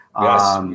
Yes